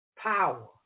Power